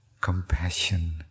compassion